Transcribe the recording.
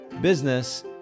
business